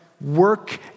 Work